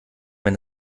wenn